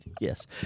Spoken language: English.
Yes